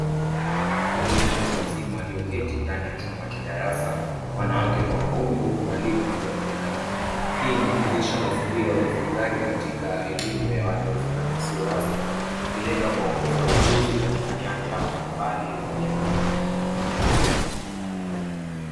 Kundi la watu wazima waliyoketi ndani ya chumba cha darasa, wanawake kwa wanaume, huku mwalimu akiwa nyuma yao. Hii inawakilisha mazingira ya ujifunzaji katika elimu ya watu wazima na isiyo rasmi, ikilenga kuwaongezea ujuzi katika nyanja mbalimbali za jamii.